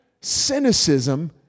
cynicism